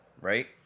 right